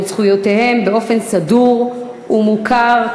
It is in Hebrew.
את זכויותיהם באופן סדור ומוכר.